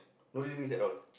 no reservist at all